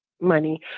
money